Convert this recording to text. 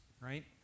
right